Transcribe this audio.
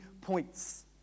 points